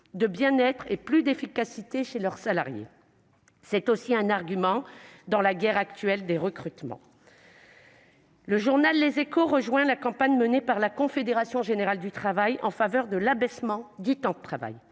de bien-être et plus d'efficacité chez leurs salariés. C'est aussi un argument dans la guerre actuelle des recrutements. » Le journal rejoint ainsi la campagne menée par la Confédération générale du travail (CGT) en faveur de l'abaissement du temps de travail.